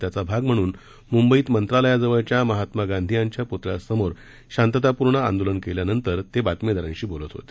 त्याचा भाग म्हणून मुंबईत मंत्रालयाजवळच्या महात्मा गांधी यांच्या प्तळ्यासमोर शांततापूर्ण आंदोलन केल्यानंतर ते वार्ताहरांशी बोलत होते